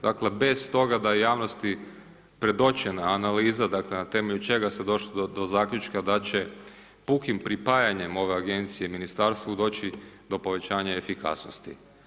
Dakle bez toga da je javnosti predočena analiza, dakle na temelju čega se došlo do zaključka da će pukim pripajanjem ove agencije ministarstvu doći do povećanja efikasnosti.